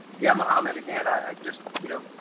yeah, mohammed, again, i just, you know,